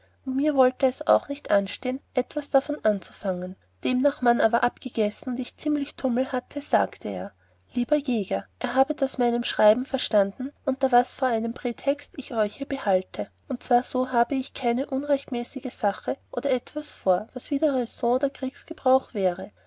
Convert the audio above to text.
mir wollte es auch nicht anstehen etwas davon anzufangen demnach man aber abgegessen und ich einen ziemlichen tummel hatte sagte er lieber jäger ihr habet aus meinem schreiben verstanden unter was vor einem prätext ich euch hier behalte und zwar so habe ich gar keine unrechtmäßige sache oder etwas vor das wider räson oder kriegsgebräuch wäre